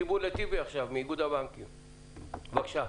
טיבי, בבקשה.